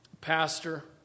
pastor